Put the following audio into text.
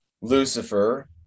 Lucifer